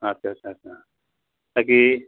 আচ্ছা আচ্ছা আচ্ছা বাকী